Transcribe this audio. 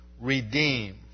redeem